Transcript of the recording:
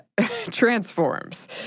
transforms